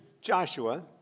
Joshua